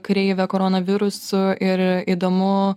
kreivę corona virusu ir įdomu